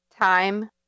time